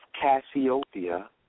Cassiopeia